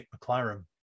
mclaren